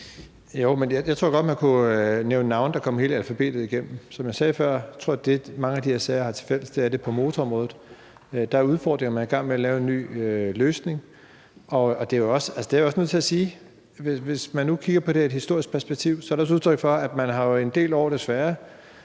tror godt, at man kunne nævne navne, så man kom hele alfabetet igennem. Som jeg sagde før, tror jeg, at det, mange af de her sager har tilfælles, er, at det er på motorområdet. Der er udfordringer, og man er i gang med at lave en ny løsning. Jeg er også nødt til at sige, at hvis man nu kigger på det i et historisk perspektiv, er det også udtryk for, at man i en del år desværre